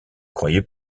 croyait